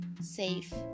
safe